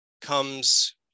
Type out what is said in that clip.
comes